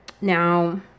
now